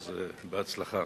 אז בהצלחה.